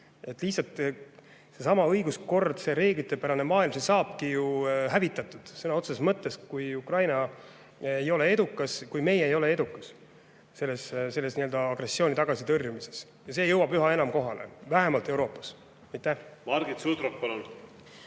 Lihtsalt seesama õiguskord, see reeglitepärane maailm saabki ju hävitatud, sõna otseses mõttes, kui Ukraina ei ole edukas ja kui meie ei ole edukad agressiooni tagasitõrjumisel. See jõuab üha enam kohale, vähemalt Euroopas küll. Margit Sutrop,